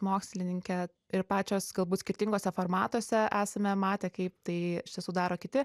mokslininkę ir pačios galbūt skirtinguose formatuose esame matę kaip tai iš tiesų daro kiti